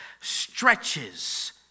stretches